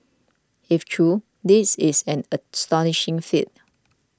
if true this is an astonishing feat